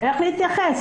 איך להתייחס?